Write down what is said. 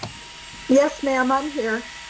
yes, ma'am i'm here.